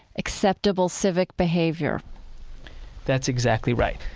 acceptable civic behavior that's exactly right.